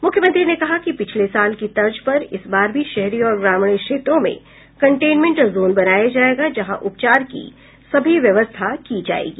मुख्यमंत्री ने कहा कि पिछले साल की तर्ज पर इस बार भी शहरी और ग्रामीण क्षेत्रों में कंटेनमेंट जोन बनाया जायेगा जहां उपचार की सभी व्यवस्था की जायेगा